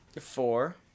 Four